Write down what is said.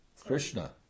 Krishna